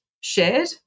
shared